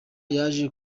yaje